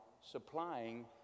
supplying